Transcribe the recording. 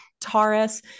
Taurus